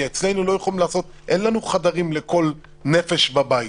כי אין לנו חדרים לכל נפש בבית.